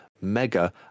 mega